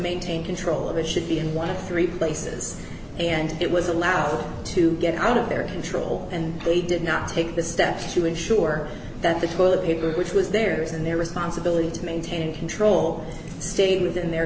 maintain control of it should be in one of three places and it was allowed to get out of their control and they did not take the steps to ensure that the toilet paper which was there in their responsibility to maintain control stayed within their